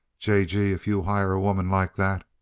j. g, if you hire a woman like that